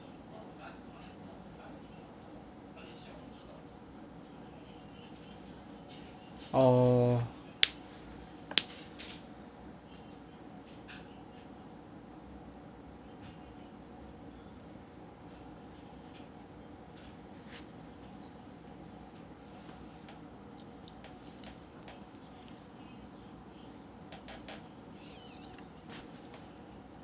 oh